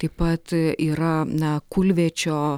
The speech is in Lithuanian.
taip pat yra na kulviečio